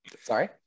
Sorry